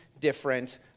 different